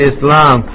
Islam